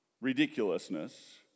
ridiculousness